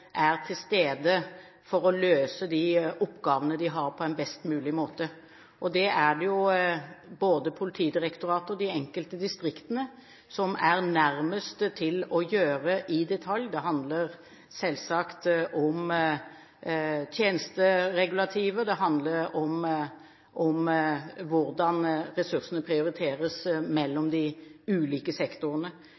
er til stede for å løse de oppgavene de har, på en best mulig måte. Det er det både Politidirektoratet og de enkelte distriktene som er nærmest til å kunne gjøre i detalj. Det handler selvsagt om tjenesteregulativer, og det handler om hvordan ressursene prioriteres mellom